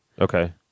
Okay